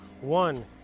One